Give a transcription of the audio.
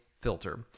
filter